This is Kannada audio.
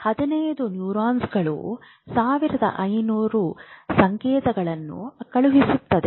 15 ನ್ಯೂರಾನ್ಗಳು 1500 ಸಂಕೇತಗಳನ್ನು ಕಳುಹಿಸುತ್ತವೆ